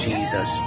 Jesus